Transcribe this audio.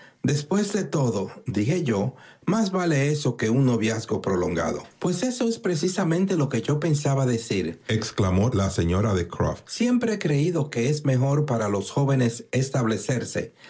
despué de todo dije yo más vale eso que un noviazgo prolongado pues eso es precisamente lo que yo pensaba decirexclamó la señora de croft siempre he creído que es mejor para los jóvenes establecerse